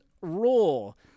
role